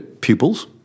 pupils